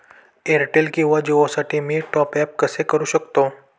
Airtel किंवा जिओसाठी मी टॉप ॲप कसे करु शकतो?